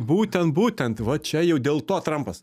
būtent būtent va čia jau dėl to trampas